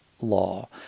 law